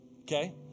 okay